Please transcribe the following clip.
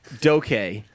Doke